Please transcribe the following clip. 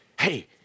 Hey